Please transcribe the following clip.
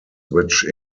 which